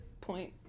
point